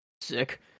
Sick